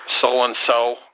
so-and-so